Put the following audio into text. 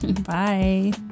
Bye